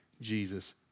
Jesus